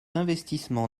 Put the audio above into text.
investissements